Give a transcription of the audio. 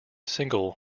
single